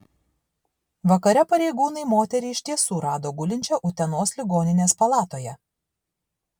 vakare pareigūnai moterį iš tiesų rado gulinčią utenos ligoninės palatoje